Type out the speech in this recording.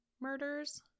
murders